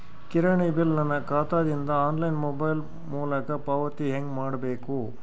ಕಿರಾಣಿ ಬಿಲ್ ನನ್ನ ಖಾತಾ ದಿಂದ ಆನ್ಲೈನ್ ಮೊಬೈಲ್ ಮೊಲಕ ಪಾವತಿ ಹೆಂಗ್ ಮಾಡಬೇಕು?